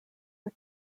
are